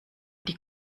die